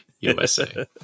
USA